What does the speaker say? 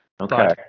okay